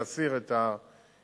להסיר את ההתנגדויות.